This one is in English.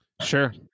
Sure